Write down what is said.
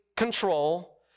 control